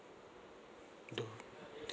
to